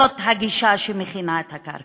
זאת הגישה שמכינה את הקרקע.